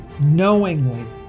knowingly